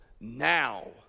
now